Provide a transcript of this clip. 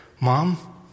Mom